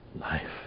life